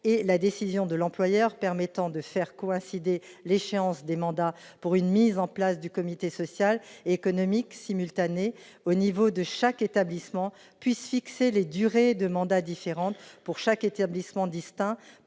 et la décision de l'employeur permettant de faire coïncider l'échéance des mandats pour une mise en place du comité social et économique simultanée au niveau de chaque établissement puissent fixer des durées de mandat différentes pour chaque établissement distinct